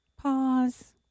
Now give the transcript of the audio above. pause